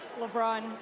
LeBron